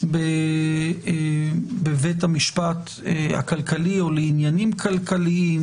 בבית המשפט הכלכלי או לעניינים כלכליים,